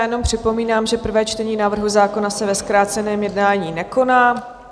Jenom připomínám, že prvé čtení návrhu zákona se ve zkráceném jednání nekoná.